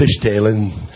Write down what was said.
fishtailing